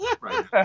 right